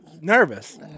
Nervous